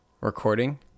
recording